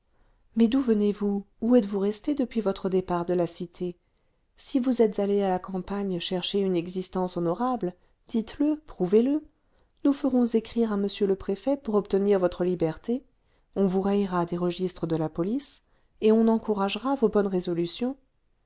mais d'où venez-vous où êtes-vous restée depuis votre départ de la cité si vous êtes allée à la campagne chercher une existence honorable dites-le prouvez-le nous ferons écrire à m le préfet pour obtenir votre liberté on vous rayera des registres de la police et on encouragera vos bonnes résolutions